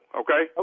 okay